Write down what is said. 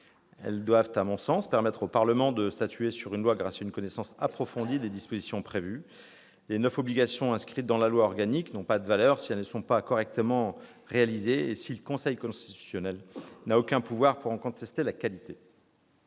Elles doivent, à mon sens, permettre au Parlement de statuer sur une loi sur le fondement d'une connaissance approfondie des dispositions de celle-ci. Les neuf obligations inscrites dans la loi organique n'ont pas de valeur si elles ne sont pas correctement respectées et si le Conseil constitutionnel n'a aucun pouvoir pour contester la qualité